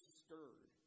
stirred